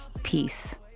peace